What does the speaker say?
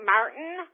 Martin